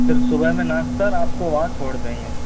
फिर सुबह में नाश्ता रात को वहाँ छोड़ देंगे